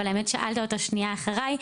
אבל האמת שאלת אותה שנייה אחריי.